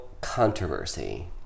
controversy